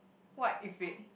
what if it